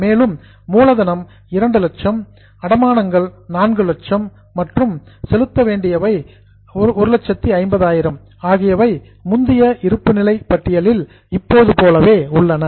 மேலும் கேப்பிட்டல் மூலதனம் 200000 மோட்கேஜ்ஸ் அடமானங்கள் 400000 மற்றும் பேயபிள்ஸ் செலுத்த வேண்டியவை 150 ஆகியவை முந்தைய இருப்புநிலை பட்டியலில் இருப்பது போலவே உள்ளன